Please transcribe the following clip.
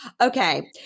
Okay